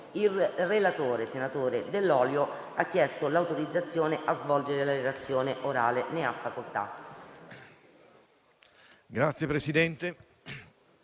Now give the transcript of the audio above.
Il relatore, senatore Dell'Olio, ha chiesto l'autorizzazione a svolgere la relazione orale. Non facendosi